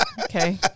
Okay